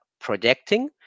projecting